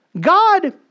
God